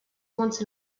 once